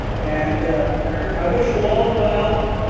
and i wish you all well,